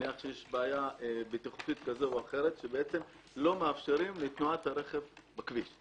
או שיש בעיה בטיחותית שלא מאפשרים לתנועת הרכב בכביש.